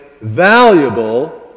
valuable